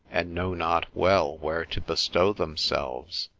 and know not well where to bestow themselves,